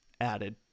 added